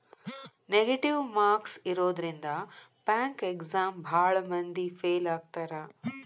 negative marks ಇರೋದ್ರಿಂದ bank exam ಭಾಳ್ ಮಂದಿ ಫೇಲ್ ಆಗ್ತಾರಾ